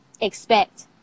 expect